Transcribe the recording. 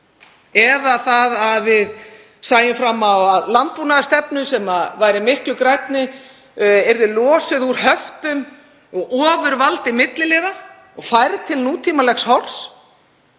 Eða að við sæjum fram á landbúnaðarstefnu sem væri miklu grænni, sem yrði losuð úr höftum og ofurvaldi milliliða og færð til nútímalegs horfs